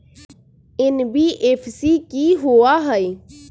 NBFC कि होअ हई?